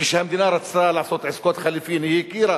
כשהמדינה רצתה לעשות עסקות חליפין היא הכירה